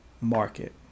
market